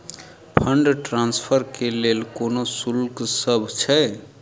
Fund transfer केँ लेल कोनो शुल्कसभ छै?